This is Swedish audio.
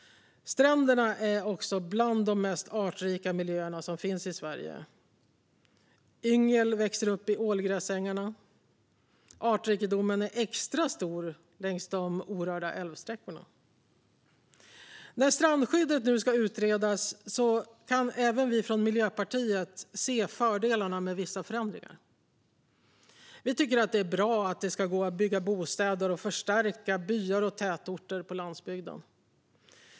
Stränderna är också bland de mest artrika miljöer som finns i Sverige. Yngel växer upp i ålgräsängarna, och artrikedomen är extra stor längs de orörda älvsträckorna. När strandskyddet nu ska utredas kan även vi från Miljöpartiet se fördelarna med vissa förändringar. Vi tycker att det är bra att det ska gå att bygga bostäder och förstärka byar och tätorter på landsbygden.